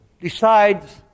decides